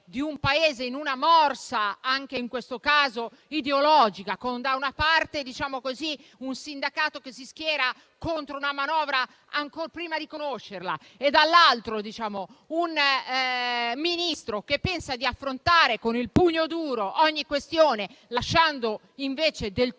di un Paese in una morsa anche in questo caso ideologica: da una parte, un sindacato che si schiera contro una manovra ancor prima di conoscerla; dall’altra parte, un Ministro che pensa di affrontare con il pugno duro ogni questione, lasciando invece del tutto